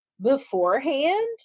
beforehand